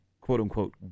quote-unquote